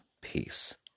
peace